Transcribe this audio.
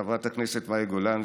חברת הכנסת מאי גולן,